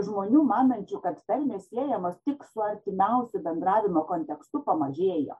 žmonių manančių kad tarmės siejamos tik su artimiausiu bendravimo kontekstu pamažėjo